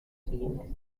siguientes